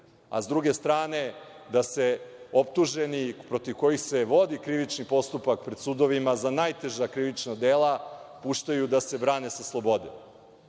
a sa druge strane da se optuženi protiv kojih se vodi krivični postupak pred sudovima za najteža krivična dela puštaju da se brane sa slobode?